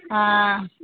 ஆ